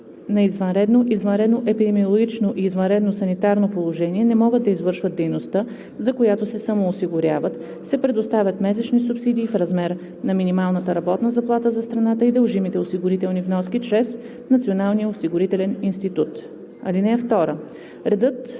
на извънредно, извънредно епидемиологично и извънредно санитарно положение не могат да извършват дейността, за която се самоосигуряват, се предоставят месечни субсидии в размер на минималната работна заплата за страната и дължимите осигурителни вноски, чрез Националния осигурителен институт. (2) Редът